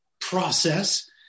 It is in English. process